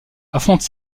affronte